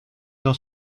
dans